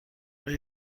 آیا